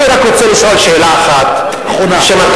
אני רק רוצה לשאול שאלה אחת, אחרונה.